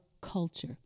culture